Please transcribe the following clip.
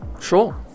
Sure